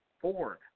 Ford